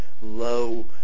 low